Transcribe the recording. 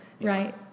right